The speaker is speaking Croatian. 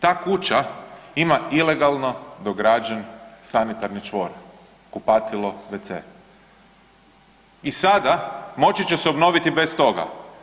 Ta kuća ima ilegalno dograđen sanitarni čvor kupatilo, wc i sada moći će se obnoviti bez toga.